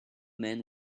man